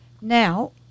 Now